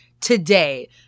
today